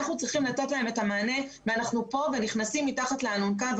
אנחנו צריכים לתת להם את המענה ואנחנו כאן ונכנסים מתחת לאלונקה.